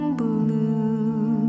blue